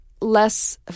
less